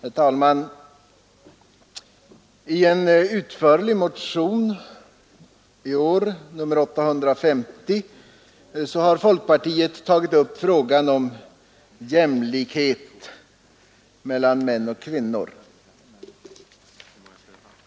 Herr talman! I en utförlig motion i år, nr 850, har folkpartiet tagit upp frågan om jämlikhet mellan män och kvinnor.